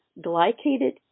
glycated